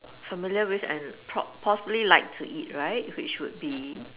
familiar with and prob~ possibly like to eat right which would be